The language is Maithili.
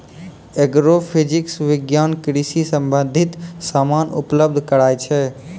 एग्रोफिजिक्स विज्ञान कृषि संबंधित समान उपलब्ध कराय छै